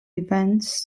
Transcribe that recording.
events